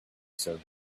serve